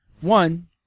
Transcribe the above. One